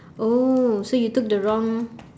oh so you took the wrong